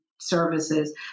services